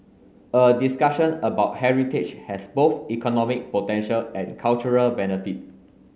a discussion about heritage has both economic potential and cultural benefit